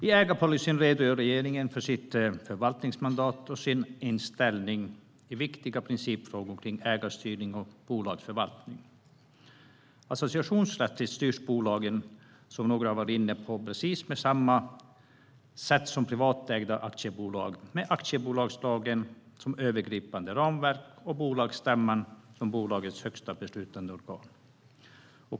I ägarpolicyn redogör regeringen för sitt förvaltningsmandat och sin inställning i viktiga principfrågor om ägarstyrning och bolagsförvaltning. Associationsrättsligt styrs bolagen, som några varit inne på, på precis samma sätt som privatägda aktiebolag, med aktiebolagslagen som övergripande ramverk och bolagsstämman som bolagets högsta beslutande organ.